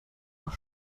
noch